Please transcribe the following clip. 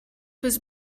was